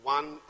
one